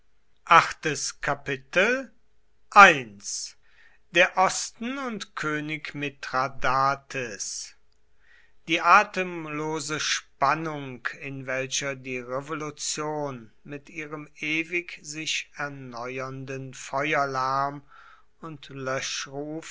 der osten und könig mithradates die atemlose spannung in welcher die revolution mit ihrem ewig sich erneuernden feuerlärm und löschruf